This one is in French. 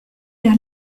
vers